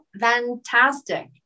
fantastic